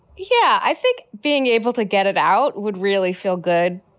yeah, i think being able to get it out would really feel good.